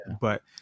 but-